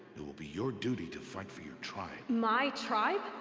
it will be your duty to fight for your tribe. my tribe?